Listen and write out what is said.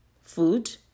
food